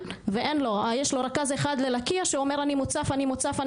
ויש לו רכז אחד ללקיה שאומר: "אני מוצף".